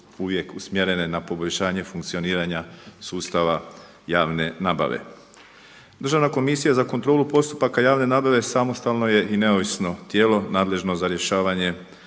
uvijek usmjerene na poboljšanje funkcioniranja sustava javne nabave. Državna komisija za kontrolu postupaka javne nabave samostalno je i neovisno tijelo nadležno za rješavanje